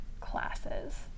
classes